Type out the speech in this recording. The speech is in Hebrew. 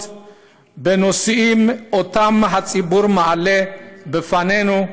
בנושאים שאותם הציבור מעלה בפנינו,